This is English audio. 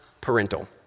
parental